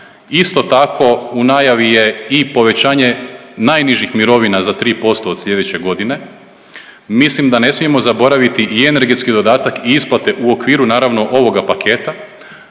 Isto tako u najavi je i povećanje najnižih mirovina za 3% od sljedeće godine. Mislim da ne smijemo zaboraviti i energetski dodatak i isplate u okviru naravno ovoga paketa,